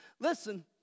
listen